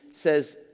says